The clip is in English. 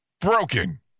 Broken